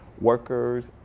workers